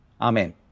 Amen